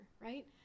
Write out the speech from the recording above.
right